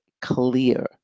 clear